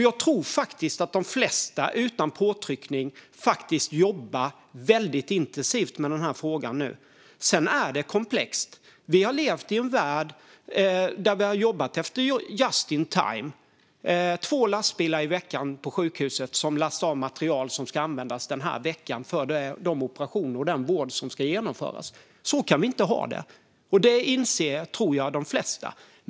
Jag tror att det flesta utan påtryckning jobbar intensivt med denna fråga. Det är komplext. Vi har levt efter just-in-time där två lastbilar i veckan lastat av det material som sjukhuset ska använda under veckan för de operationer och den vård som ska genomföras. Så kan vi inte ha det, och det tror jag att de flesta inser.